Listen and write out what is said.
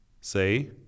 Say